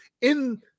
in-